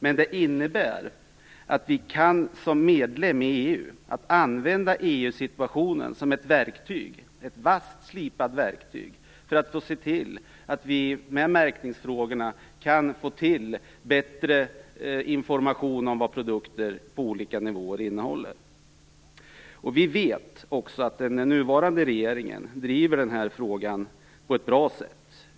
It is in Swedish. Men det innebär att vi som medlemmar i EU kan använda vår situation i EU som ett verktyg, ett vasst slipat verktyg, för att se till att vi i märkningsfrågorna kan få bättre information om vad produkter på olika nivåer innehåller. Vi vet att den nuvarande regeringen driver denna fråga på ett bra sätt.